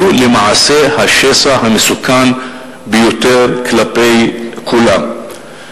הוא למעשה השסע המסוכן ביותר כלפי כולם.